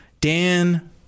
dan